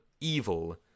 Evil